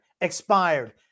Expired